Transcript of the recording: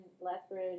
Lethbridge